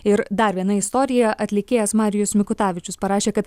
ir dar viena istorija atlikėjas marijus mikutavičius parašė kad